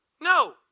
No